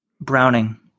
Browning